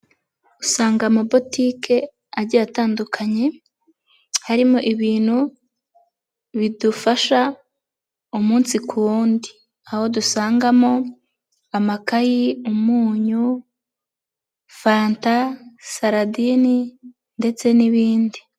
Usanga amabotike agiye atandukanye harimo ibintu bidufasha umunsi ku wundi aho dusangamo amakayi, umunyu, fanta, saladini ndetse n'ibindi.